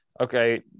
okay